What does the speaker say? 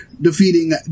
defeating